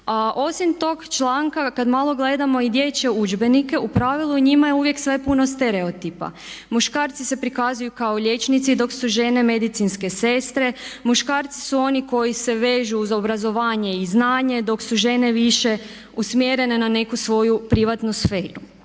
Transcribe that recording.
osim tog članka kad malo gledamo i dječje udžbenike, u pravilu u njima je uvijek sve puno stereotipa. Muškarci se prikazuju kao liječnici dok su žene medicinske sestre. Muškarci su oni koji se vežu uz obrazovanje i znanje dok su žene više usmjerene na neku svoju privatnu sferu.